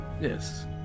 yes